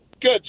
Good